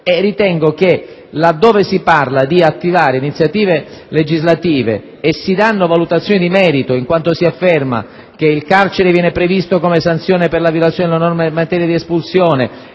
ritengo che, là dove si parla di attivare iniziative legislative e si danno valutazioni di merito in quanto si afferma che il carcere viene previsto come sanzione per la violazione di una norma in materia di espulsione